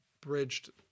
bridged